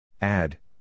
Add